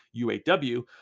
UAW